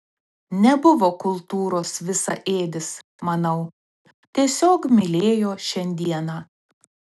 nebuvo kultūros visaėdis manau tiesiog mylėjo šiandieną